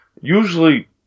usually